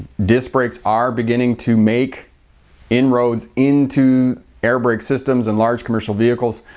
disc brakes are beginning to make inroads into air brake systems and large commercial vehicles,